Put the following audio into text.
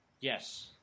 Yes